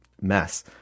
mess